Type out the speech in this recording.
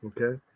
Okay